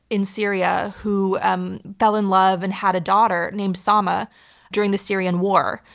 in syria who um fell in love and had a daughter named sama during the syrian war,